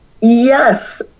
Yes